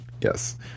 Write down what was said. Yes